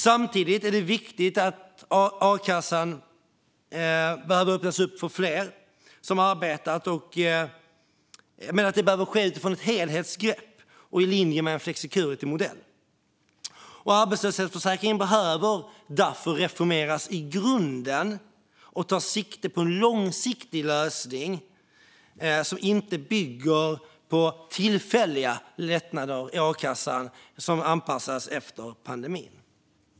Samtidigt är det viktigt att a-kassan öppnas för fler som arbetar, men det behöver ske utifrån ett helhetsgrepp och i linje med en flexicuritymodell. Arbetslöshetsförsäkringen behöver därför reformeras i grunden och ta sikte på en långsiktig lösning som inte bygger på tillfälliga lättnader i akassan som anpassats efter pandemin.